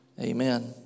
Amen